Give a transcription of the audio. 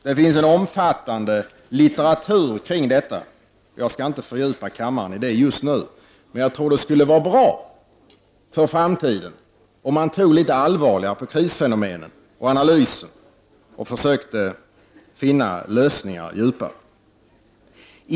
Det finns omfattande litteratur om detta. Jag skall inte fördjupa mig i det just nu, men jag tror att det skulle vara bra för framtiden om man tog litet allvarligare på krisfenomenen och analysen och försökte finna lösningar djupare.